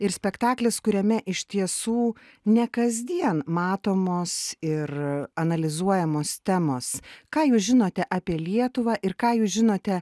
ir spektaklis kuriame iš tiesų ne kasdien matomos ir analizuojamos temos ką jūs žinote apie lietuvą ir ką jūs žinote